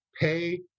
pay